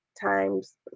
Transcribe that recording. times